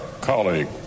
colleague